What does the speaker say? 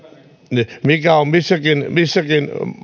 mikä on missäkin missäkin